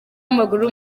w’amaguru